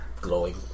glowing